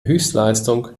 höchstleistung